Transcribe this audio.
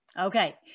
Okay